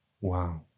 Wow